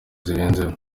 zirenzeho